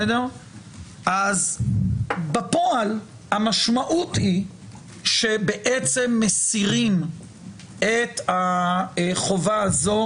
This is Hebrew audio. בפועל המשמעות היא שבעצם מסירים את החובה הזו